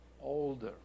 older